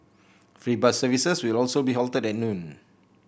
free bus services will also be halted at noon